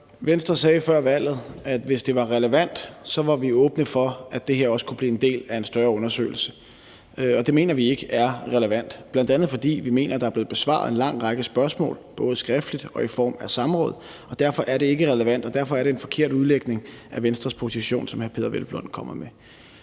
Venstre sagde før valget, at hvis det var relevant, var vi åbne for, at det her også kunne blive en del af en større undersøgelse. Det mener vi ikke er relevant, bl.a. fordi vi mener, at der er blevet besvaret en lang række spørgsmål, både skriftligt og i form af samråd, og derfor er det ikke relevant, og derfor er det en forkert udlægning af Venstres position, som hr. Peder Hvelplund kommer med.